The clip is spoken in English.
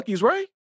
right